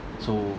so